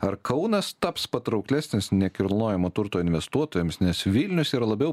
ar kaunas taps patrauklesnis nekilnojamo turto investuotojams nes vilnius yra labiau